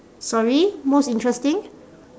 sorry most interesting